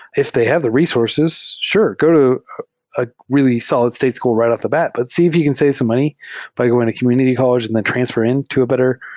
if they have the resources, sure, go to a really solid-state school right off the bat. but see if you can save some money by going to community college and transfer transfer in to a better,